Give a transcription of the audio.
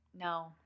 no